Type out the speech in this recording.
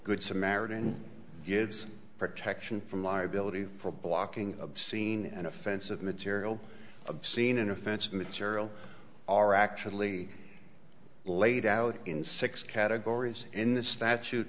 good samaritan gives protection from liability for blocking obscene and offensive material obscene and offensive material are actually laid out in six categories in the statute